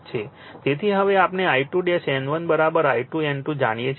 તેથી હવે આપણે I2 N1 I2 N2 જાણીએ છીએ